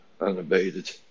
Unabated